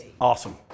Awesome